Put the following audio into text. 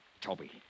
Toby